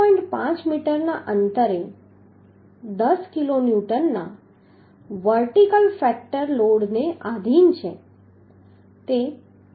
5 મીટરના અંતરે 10 કિલોન્યુટનના વર્ટિકલ ફેક્ટર લોડ ને આધિન છે